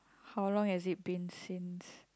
how long has it been since